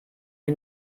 wir